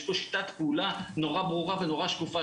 יש פה שיטת פעולה נורא ברורה ונורא שקופה,